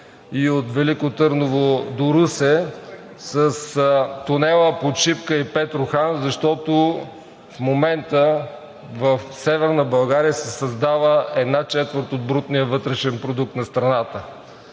и от Велико Търново до Русе, с тунела под Шипка и Петрохан, защото в момента в Северна България се създава една четвърт от брутния вътрешен продукт на страната.